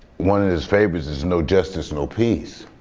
one of his favorites is, no justice, no peace.